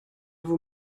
vous